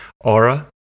Aura